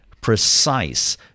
precise